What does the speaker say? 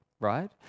right